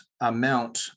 amount